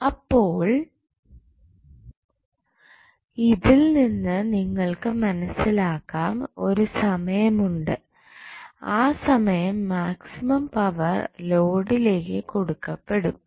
അപ്പോൾ ഇതിൽ നിന്ന് നിങ്ങൾക്ക് മനസ്സിലാക്കാം ഒരു സമയമുണ്ട് ആ സമയം മാക്സിമം പവർ ലോഡിലേക്ക് കൊടുക്കപെടും